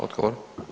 Odgovor.